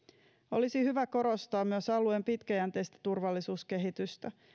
olisi hyvä korostaa myös alueen pitkäjänteistä turvallisuuskehitystä